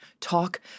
talk